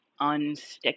unstick